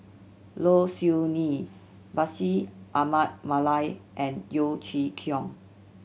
Low Siew Nghee Bashir Ahmad Mallal and Yeo Chee Kiong